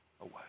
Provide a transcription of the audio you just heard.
away